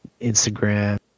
instagram